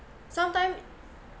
sometime